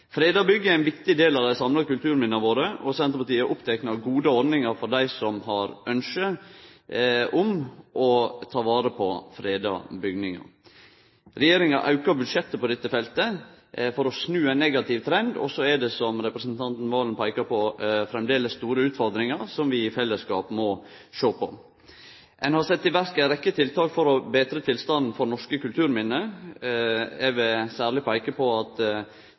Freda bygg er ein viktig del av dei samla kulturminna våre, og Senterpartiet er oppteke av gode ordningar for dei som har ynske om å ta vare på freda bygningar. Regjeringa auka budsjettet på dette feltet for å snu ein negativ trend, og så er det, som representanten Serigstad Valen peikte på, framleis store utfordringar som vi i fellesskap må sjå på. Ein har sett i verk ei rekkje tiltak for å betre tilstanden for norske kulturminne. Eg vil særleg peike på at